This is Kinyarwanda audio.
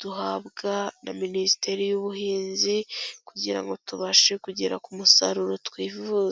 duhabwa na Minisiteri y'Ubuhinzi kugira ngo tubashe kugera ku musaruro twifuza.